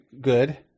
good